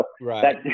Right